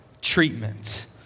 treatment